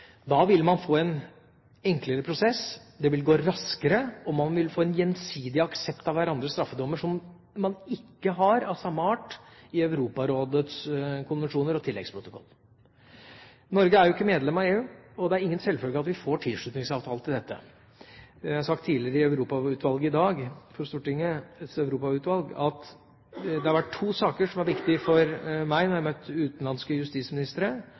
Da ville man få en enklere prosess. Det ville gå raskere, og man ville få en gjensidig aksept av hverandres straffedommer som ikke er av samme art, i Europarådets konvensjoner og tilleggsprotokoll. Norge er jo ikke medlem av EU, og det er ingen selvfølge at vi får tilslutningsavtale til dette. Jeg har sagt tidligere i dag til Europautvalget at det er to saker som har vært viktig for meg når jeg har møtt utenlandske justisministre,